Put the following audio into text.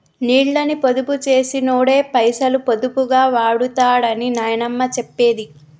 నీళ్ళని పొదుపు చేసినోడే పైసలు పొదుపుగా వాడుతడని నాయనమ్మ చెప్పేది